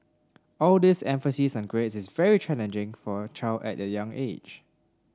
all this emphasis on grades is very challenging for a child at a young age